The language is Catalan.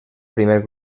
primer